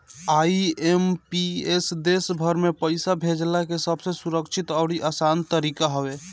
IMPS देस भर में पईसा भेजला के सबसे सुरक्षित अउरी आसान तरीका हवे